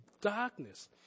darkness